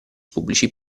pubblici